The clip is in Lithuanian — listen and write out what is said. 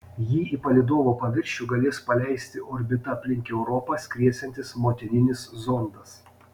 jį į palydovo paviršių galės paleisti orbita aplink europą skriesiantis motininis zondas